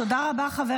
תודה רבה, חבר